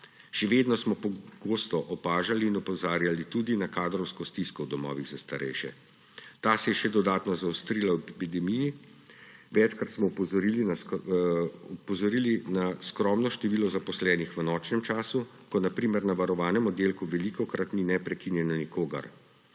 Še vedno smo pogosto opažali in opozarjali tudi na kadrovsko stisko v domovih za starejše. Ta se je še dodatno zaostrila ob epidemiji. Večkrat smo opozorili na skromno število zaposlenih v nočnem času, ko na primer na varovanem oddelku velikokrat ni neprekinjeno nikogar.